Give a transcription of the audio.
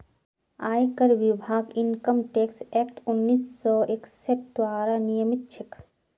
आयकर विभाग income tax act उन्नीस सौ इकसठ द्वारा नियमित छेक